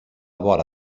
vora